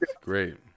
Great